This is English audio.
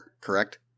correct